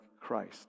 Christ